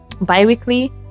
bi-weekly